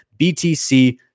BTC